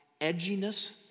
edginess